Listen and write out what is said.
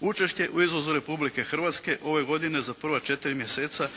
Učešće u izvozu Republike Hrvatske u ovoj godini za prva četiri mjeseca